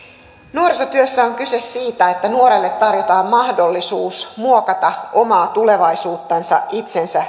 nuorisotyössä on kyse siitä että nuorelle tarjotaan mahdollisuus muokata omaa tulevaisuuttansa itsensä